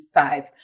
five